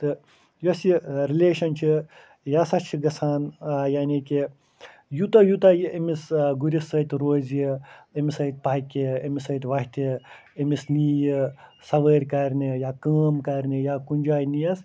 تہٕ یوٚس یہِ ٲں رِلیشَن چھِ یہِ ہَسا چھِ گَژھان ٲں یعنی کہِ یوٗتاہ یوٗتاہ یہِ أمس ٲں گُرِس سۭتۍ روزِ أمس سۭتۍ پَکہِ أمس سۭتۍ وۄتھہِ أمِس نِیہِ سَوٲرۍ کَرنہِ یا کٲم کَرنہِ یا کُنہ جایہِ نِیَس